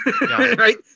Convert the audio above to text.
Right